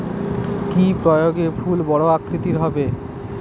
কি প্রয়োগে ফুল বড় আকৃতি হবে?